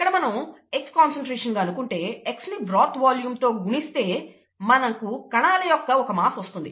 ఇక్కడ మనం x concentration గా అనుకుంటే x ని బ్రోత్ వాల్యూం తో గుణిస్తే మనకు కణాల యొక్క ఒక మాస్ వస్తుంది